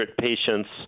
patients